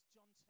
John